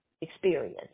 experience